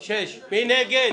6 נגד,